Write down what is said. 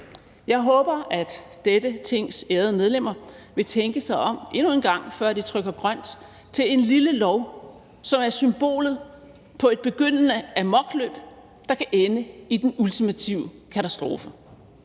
Jeg håber, at dette Tings ærede medlemmer vil tænke sig om endnu en gang, før de trykker grønt til en lille lov, som er symbolet på et begyndende amokløb, der kan ende i den ultimative katastrofe.